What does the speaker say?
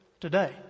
today